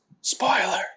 Spoiler